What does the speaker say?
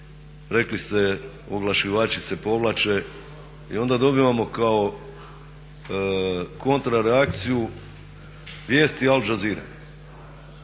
rekli ste oglašivači se povlače i onda dobivamo kao kontra reakciju vijesti Al Jazeere.